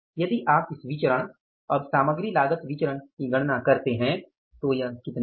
यदि आप इस विचरण अब सामग्री लागत विचरण की गणना करते हैं तो यह कितना होगा